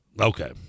Okay